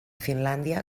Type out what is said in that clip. finlàndia